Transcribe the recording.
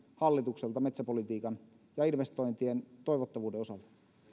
hallitukselta metsäpolitiikan ja investointien toivottavuuden